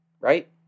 right